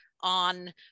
on